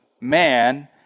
man